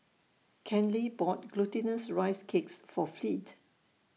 Kenley bought Glutinous Rice Cakes For Fleet